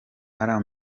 alarm